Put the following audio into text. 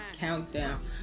countdown